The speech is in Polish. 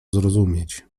zrozumieć